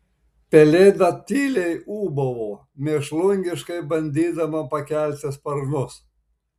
pelėda tyliai ūbavo mėšlungiškai bandydama pakelti sparnus